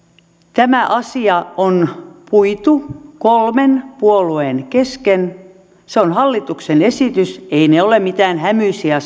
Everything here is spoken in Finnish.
tämä asia on puitu kolmen puolueen kesken se on hallituksen esitys eivät ne ole mitään hämyisiä